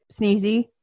Sneezy